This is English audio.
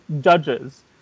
judges